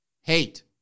hate